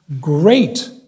great